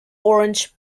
orange